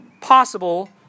possible